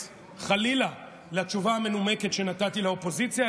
חלילה לתשובה המנומקת שנתתי לאופוזיציה,